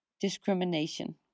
discrimination